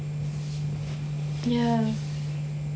ya